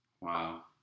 Wow